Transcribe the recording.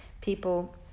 people